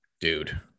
Dude